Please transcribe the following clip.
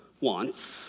wants